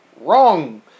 Wrong